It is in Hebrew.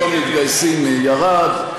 בשיעור המתגייסים ירד.